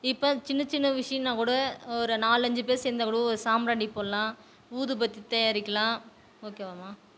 இப்போ சின்ன சின்ன விஷயம்னா கூட ஒரு நாலஞ்சி பேரு சேர்ந்தா கூட ஒரு சாம்பிராணி போடலாம் ஊதுபத்தி தயாரிக்கலாம் ஓகேவாம்மா